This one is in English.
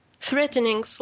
Threatening